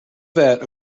vat